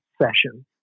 session